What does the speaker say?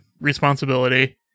responsibility